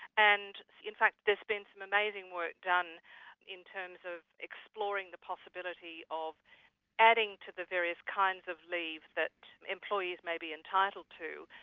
and in fact there's been some amazing work done in terms of exploring the possibility of adding to the various kinds of leave that employees may be entitled to,